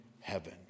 heaven